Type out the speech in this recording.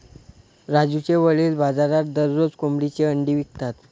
राजूचे वडील बाजारात दररोज कोंबडीची अंडी विकतात